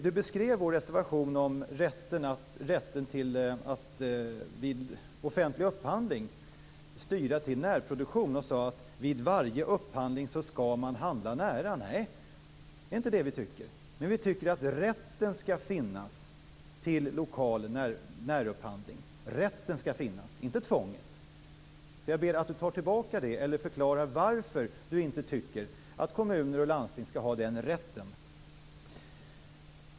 Du beskrev vår reservation om rätten att styra till närproduktion vid offentlig upphandling så, att "vid varje upphandling skall man handla nära". Nej, det är inte det vi tycker. Vi tycker att det skall finnas rätt till lokal närupphandling. Rätten skall finnas - inte tvånget. Jag ber att Inga-Britt Johansson tar tillbaka det eller förklarar varför hon inte tycker att kommuner och landsting skall ha den rätten.